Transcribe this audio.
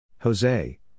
Jose